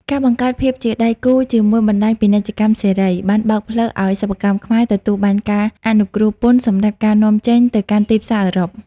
ការបង្កើតភាពជាដៃគូជាមួយបណ្ដាញពាណិជ្ជកម្មសេរី បានបើកផ្លូវឱ្យសិប្បកម្មខ្មែរទទួលបានការអនុគ្រោះពន្ធសម្រាប់ការនាំចេញទៅកាន់ទីផ្សារអឺរ៉ុប។